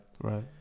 Right